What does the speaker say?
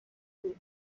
بود